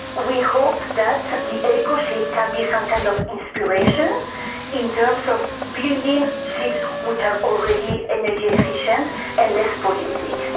we hope that the ecoship can be some kind of inspiration in terms of building ships which are already energy efficient and less polluting. and